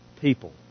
people